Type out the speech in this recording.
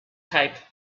type